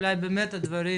אולי באמת הדברים